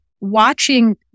watching